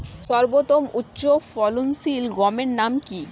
সর্বতম উচ্চ ফলনশীল গমের নাম কি?